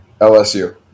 LSU